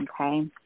okay